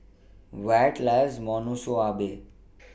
Wyatt loves Monsunabe